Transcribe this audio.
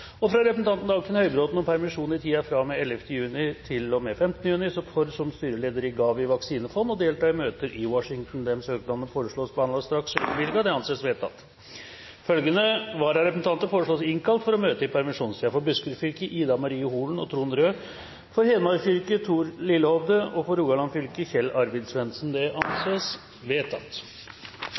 Paris fra representanten Dagfinn Høybråten om permisjon i tiden fra og med 11. juni til og med 15. juni for som styreleder i GAVI vaksinefond å delta i møter i Washington Etter forslag fra presidenten ble enstemmig besluttet: Søknadene behandles straks og innvilges. Følgende vararepresentanter innkalles for å møte i permisjonstiden: For Buskerud fylke: Ida Marie Holen og Trond Røed For Hedmark fylke: Thor Lillehovde For Rogaland fylke: Kjell